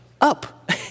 up